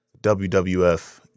WWF